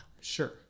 Sure